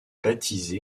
baptisé